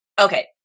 okay